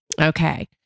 Okay